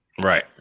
Right